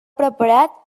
preparat